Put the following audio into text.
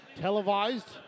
televised